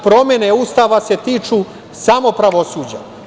Promene Ustava se tiču samo pravosuđa.